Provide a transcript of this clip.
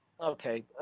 Okay